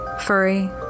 Furry